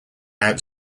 out